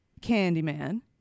Candyman